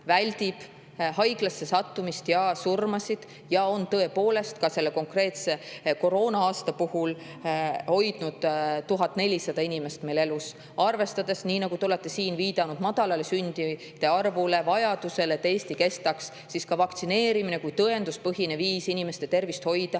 väldib haiglasse sattumist ja surmasid ja on tõepoolest selle konkreetse koroona-aasta puhul hoidnud 1400 inimest elus. Te olete siin viidanud madalale sündide arvule ja vajadusele, et Eesti kestaks. Vaktsineerimine on tõenduspõhine viis inimeste tervist hoida